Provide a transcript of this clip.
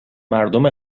مردم